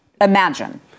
imagine